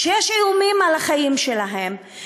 יש איומים על החיים שלהן,